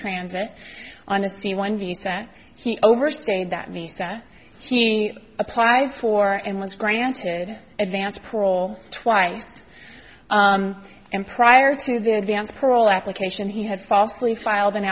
transit honesty one views that he overstayed that means that he applied for and was granted advance parole twice to him prior to the advance parole application he had falsely filed an